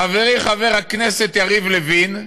חברי חבר הכנסת יריב לוין,